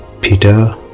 Peter